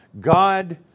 God